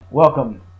Welcome